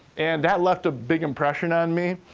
and that left a big impression on me.